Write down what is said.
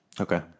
Okay